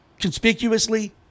conspicuously